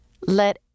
Let